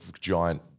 giant